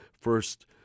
first